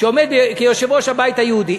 שעומד כיושב-ראש הבית היהודי,